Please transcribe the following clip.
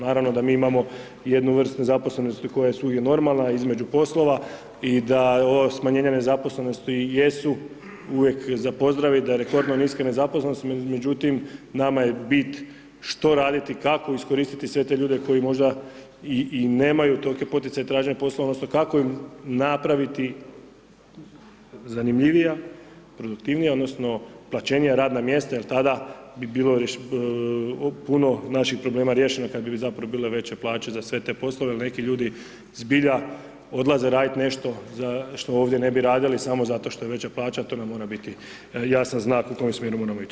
Naravno da mi imamo i jednu vrst nezaposlenosti koja je svugdje normalna između poslova i da ovo smanjenje nezaposlenosti i jesu uvijek za pozdravit, da je rekordno niska nezaposlenost, međutim nama je bit što raditi, kako iskoristiti sve te ljude koji možda i nemaju tolike poticaje traženja posla, odnosno kako im napraviti zanimljivija, produktivnija odnosno plaćenija radna mjesta jer tada bi bilo puno naših problema riješeno kad bi zapravo bile veće plaće za sve te poslove, jer neki ljudi zbilja odlaze raditi nešto što ovdje ne bi radili samo zato što je veća plaća, to nam mora biti jasan znak u kojem smjeru moramo ići.